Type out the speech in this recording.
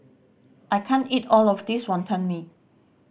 I can't eat all of this Wonton Mee